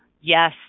Yes